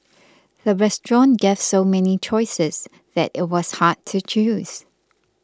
the restaurant gave so many choices that it was hard to choose